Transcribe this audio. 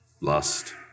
lust